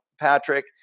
patrick